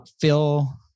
Phil